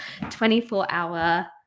24-hour